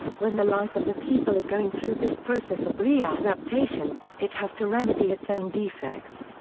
when the life of a people is going through this process of readaptation, it has to remedy its own defects,